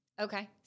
Okay